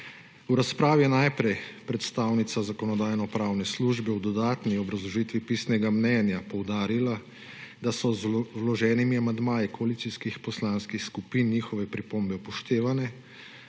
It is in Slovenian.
V razpravi je najprej predstavnica Zakonodajno-pravne službe v dodatni obrazložitvi pisnega mnenja poudarila, da so z vloženimi amandmaji koalicijskih poslanskih skupin njihove pripombe upoštevane.